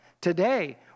Today